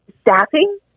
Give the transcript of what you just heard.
staffing